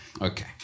okay